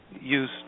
use